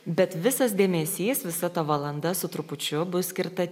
bet visas dėmesys visa ta valanda su trupučiu bus skirta